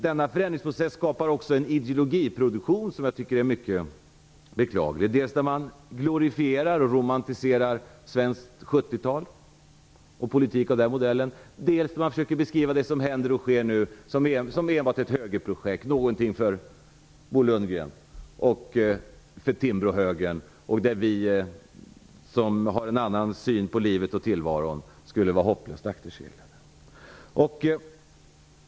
Denna förändringsprocess skapar också en ideologiproduktion som jag tycker är mycket beklaglig där man dels glorifierar och romantiserar svenskt 70-tal och politiken av den årsmodellen, dels försöker beskriva det som händer och sker som enbart ett högerprojekt, någonting för Bo Lundgren och för Timbråhögern och där vi som har en annan syn på livet och tillvaron skulle vara hopplöst akterseglade.